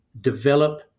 develop